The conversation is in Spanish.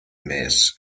mes